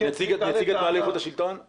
בסדר גמור.